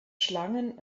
schlangen